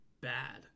bad